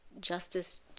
Justice